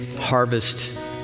harvest